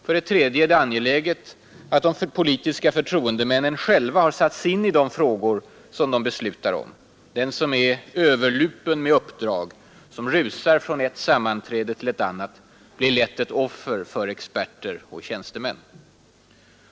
För det tredje är det angeläget att de politiska förtroendemännen själva har satt sig in i de frågor de beslutar om. Den som är överlupen med uppdrag, rusar från ett sammanträde till ett annat, blir lätt ett offer för experter och tjänstemän.